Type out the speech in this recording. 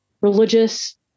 religious